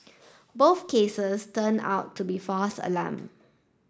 both cases turned out to be false alarm